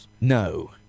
No